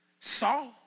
Saul